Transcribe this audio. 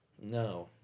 No